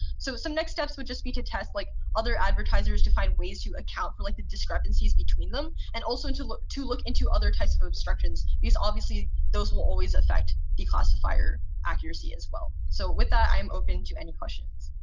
so some next steps would just be to test like other advertisers to find ways to account for like the discrepancies between them and also to look to look into other types of obstructions because obviously, those will always affect declassifier accuracy as well. so with that, i'm open to any questions.